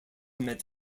met